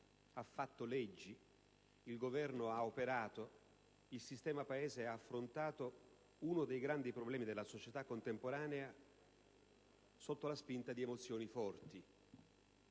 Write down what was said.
ha fatto leggi, il Governo ha operato ed il sistema Paese ha affrontato uno dei grandi problemi della società contemporanea sotto la spinta di emozioni forti.